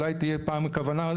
אולי תהיה פעם כוונה,